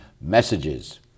messages